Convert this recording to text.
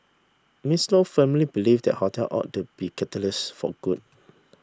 Miss Lo firmly believe that hotel ought to be catalysts for good